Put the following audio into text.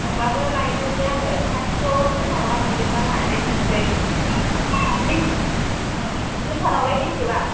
होम्बाबो लायनोसै आङो खाथिफ्राव सोरनावबा मोनबा लादेरनोसै लिथारआवलाय बेसेबां